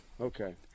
Okay